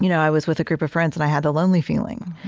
you know i was with a group of friends, and i had the lonely feeling.